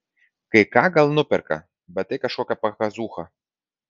kai ką gal nuperka bet tai kažkokia pakazūcha